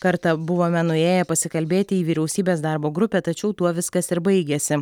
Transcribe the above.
kartą buvome nuėję pasikalbėti į vyriausybės darbo grupę tačiau tuo viskas ir baigėsi